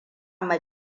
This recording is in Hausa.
ma